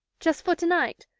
just for to-night?